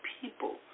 people